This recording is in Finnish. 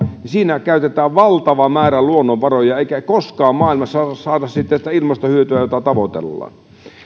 niin siinä käytetään valtava määrä luonnonvaroja eikä koskaan maailmassa saada sitä ilmastohyötyä jota tavoitellaan